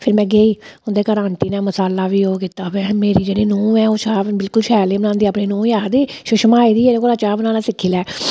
फिर में गेई उं'दे घर आंटी ने मसाला बी ओह् कीता अहैं मेरी जेह्ड़ी नूंह् ऐ ओह् शैल बिलकुल शैल नेईं बनांदी अपनी नूंह् गी आखदी सुषमा आई दी एह्दे कोला चाह् बनाना सिक्खी ले